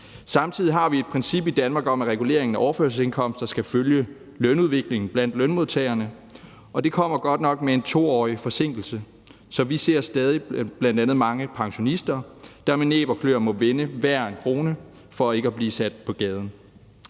Samtidig har vi et princip i Danmark om, at reguleringen af overførselsindkomster skal følge lønudviklingen blandt lønmodtagerne, og det kommer godt nok med en 2-årig forsinkelse. Så vi ser stadig bl.a. mange pensionister, der med næb og kløer må vende hver en krone for ikke at blive sat på gaden.